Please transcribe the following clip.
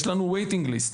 יש לנו waiting list.